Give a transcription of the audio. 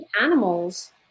animals